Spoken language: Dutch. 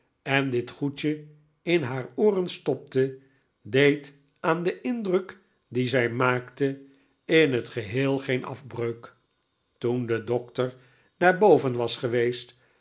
en dit goedje in haar ooren stopte deed aan den indruk dien zij maakte in het geheel geen afbreuk toen de dokter naar boven was geweest